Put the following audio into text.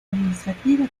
administrativa